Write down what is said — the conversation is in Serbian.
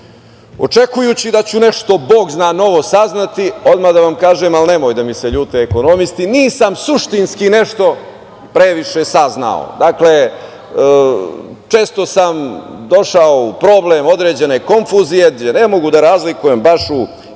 očekujući da ću nešto, bog zna novo saznati. Odmah da vam kažem, nemoj da mi se ljute ekonomisti, nisam suštinski nešto previše saznao. Često sam došao u problem, određene konfuzije gde ne mogu da razlikujem baš u